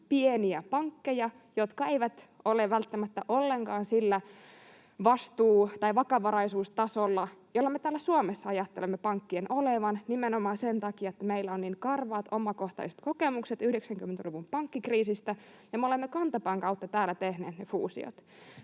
pieniä pankkeja, jotka eivät ole välttämättä ollenkaan sillä vakavaraisuustasolla, jolla me täällä Suomessa ajattelemme pankkien olevan nimenomaan sen takia, että meillä on niin karvaat omakohtaiset kokemukset 90-luvun pankkikriisistä ja me olemme kantapään kautta täällä tehneet ne fuusiot.